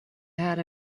had